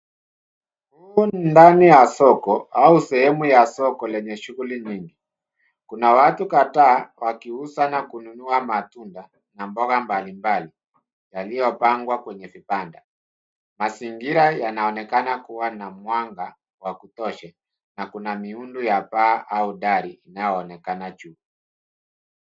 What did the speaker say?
Humu ni ndani ya soko au sehemu ya soko lenye shughuli nyingi. Kuna watu kadhaa, wakiuza na kununua matunda na mboga mbalimbali, yaliyopangwa kwenye vipanda. Mazingira yanaonekana kuwa na mwanga wa kutosha, na kuna miundo ya paa au dari inayonekana juu.